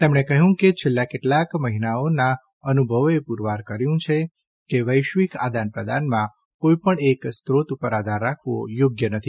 તેમણે કહ્યું કે છેલ્લાં કેટલાંક મહિનાઓના અનુભવોએ પુરવાર કર્યું છે કે વૈશ્વિક આદાન પ્રદાનમાં કોઈપણ એક સ્રોત ઉપર આધાર રાખવો યોગ્ય નથી